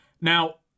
Now